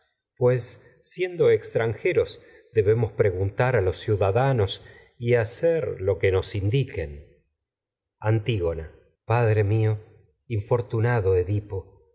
pues siendo extranjeros y debemos preguntar a los ciudadanos hacer loque nos indiquen mío infortunado edipo